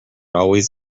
always